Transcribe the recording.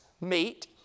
meet